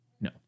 No